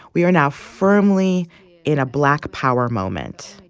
we are now firmly in a black power moment.